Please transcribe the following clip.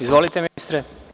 Izvolite, ministre.